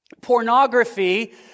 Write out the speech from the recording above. Pornography